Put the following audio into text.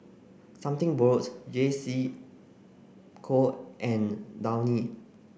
something borrowed J C Co and Downy